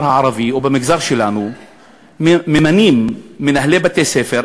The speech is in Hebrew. הערבי או במגזר שלנו ממנים מנהלי בתי-ספר.